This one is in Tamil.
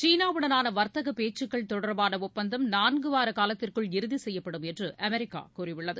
சீனாவுடனான வர்த்தக பேச்சுக்கள் தொடர்பான ஆப்பந்தம் நான்கு வாரக்காலத்திற்குள் இறுதி செய்யப்படும் என்று அமெரிக்கா கூறியுள்ளது